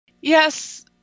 Yes